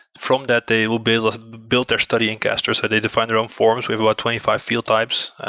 from that, they will be able to build their study in castor, so they define their own forms. we have about twenty five field types,